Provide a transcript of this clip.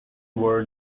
were